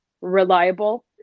reliable